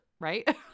right